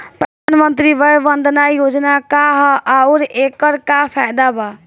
प्रधानमंत्री वय वन्दना योजना का ह आउर एकर का फायदा बा?